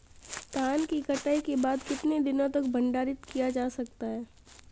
धान की कटाई के बाद कितने दिनों तक भंडारित किया जा सकता है?